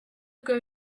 grove